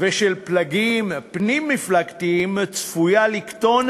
ושל פלגים פנים-מפלגתיים צפויה לקטון